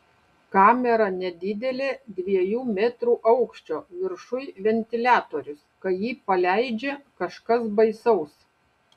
kamera nedidelė dviejų metrų aukščio viršuj ventiliatorius kai jį paleidžia kažkas baisaus